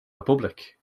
republic